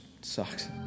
sucks